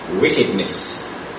wickedness